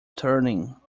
turning